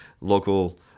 local